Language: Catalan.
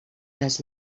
les